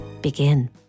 Begin